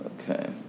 Okay